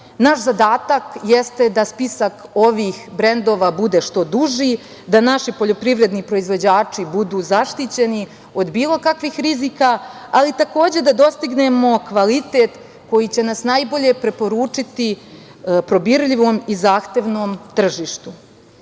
itd. Naš zadatak jeste da spisak ovih brendova bude što duži, da naši poljoprivredni proizvođači budu zaštićeni od bilo kakvih rizika, ali takođe da dostignemo kvalitet koji će nas najbolje preporučiti probirljivom i zahtevnom tržištu. Na